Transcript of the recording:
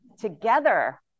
Together